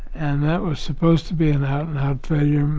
and that was supposed to be an out-and-out failure.